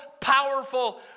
powerful